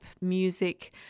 music